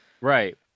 Right